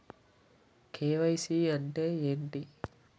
KYC అంటే ఏంటి?